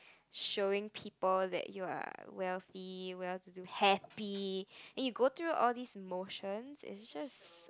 showing people that you are wealthy well to do happy and you go through all this motion it just